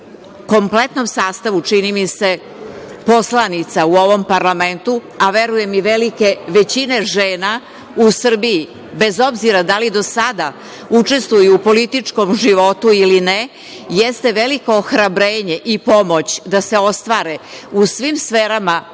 kompletnom sastavu, čini mi se, poslanica u ovom parlamentu, a verujem i velike većine žena u Srbiji bez obzira da li do sada učestvuju u političkom životu ili ne, jeste veliko ohrabrenje i pomoć da se ostvare u svim sferama delatnosti